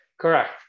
Correct